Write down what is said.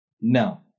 no